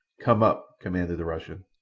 come up, commanded the russian.